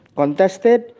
contested